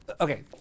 okay